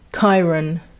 Chiron